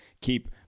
keep